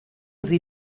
sie